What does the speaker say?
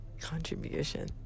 contribution